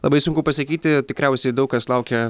labai sunku pasakyti tikriausiai daug kas laukia